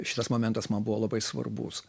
šitas momentas man buvo labai svarbus